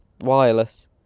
Wireless